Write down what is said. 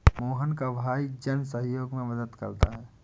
मोहन का भाई जन सहयोग में मदद करता है